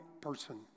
person